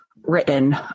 written